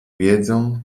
wiedzą